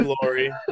glory